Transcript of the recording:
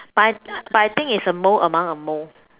but I but I think is a mole among a mole